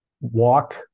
walk